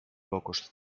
pocos